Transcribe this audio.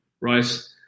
right